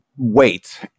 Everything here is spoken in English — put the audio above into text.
wait